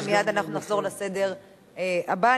ומייד נחזור לסדר הבא.